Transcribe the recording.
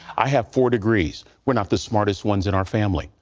i have four degrees. we're not the smartest ones in our family.